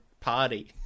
party